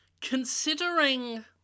Considering